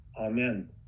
amen